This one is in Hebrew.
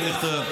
הדברים נכתבו.